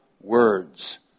words